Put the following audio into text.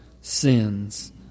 sins